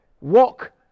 walk